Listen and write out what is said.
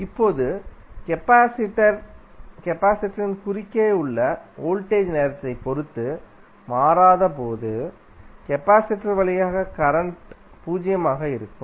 இப்போது கெபாசிடரின் குறுக்கே உள்ள வோல்டேஜ் நேரத்தை பொறுத்து மாறாதபோது கெபாசிடர் வழியாக கரண்ட் பூஜ்ஜியமாக இருக்கும்